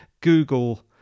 Google